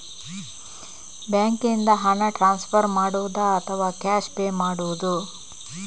ಬ್ಯಾಂಕಿನಿಂದ ಹಣ ಟ್ರಾನ್ಸ್ಫರ್ ಮಾಡುವುದ ಅಥವಾ ಕ್ಯಾಶ್ ಪೇ ಮಾಡುವುದು?